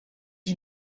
you